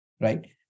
right